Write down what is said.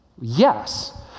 Yes